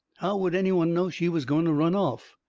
would any one know she was going to run off?